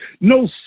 no